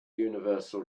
universal